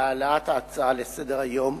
על העלאת ההצעה לסדר-היום